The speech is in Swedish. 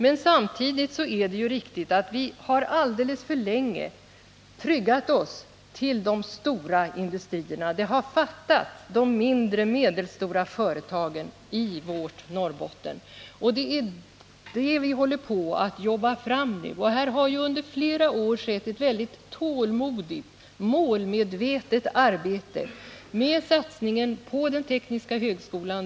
Men samtidigt är det riktigt att vi har alldeles för länge tryggat oss till de stora industrierna. Mindre och medelstora företag har fattats i Norrbotten, och det är sådana vi håller på att jobba fram nu. Här har ju under flera år skett ett väldigt tålmodigt, målmedvetet arbete genom bl.a. satsningen på den tekniska högskolan.